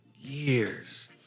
years